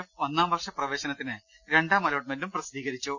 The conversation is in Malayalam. എഫ് ഒന്നാം വർഷ പ്രവേശനത്തിന് രണ്ടാം അലോട്ട്മെന്റും പ്രസിദ്ധീകരിച്ചു